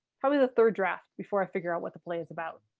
probably the third draft before i figure out what the play is about.